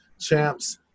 champs